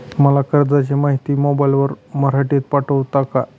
मला कर्जाची माहिती मोबाईलवर मराठीत पाठवता का?